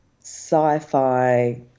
sci-fi